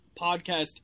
podcast